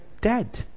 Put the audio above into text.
dead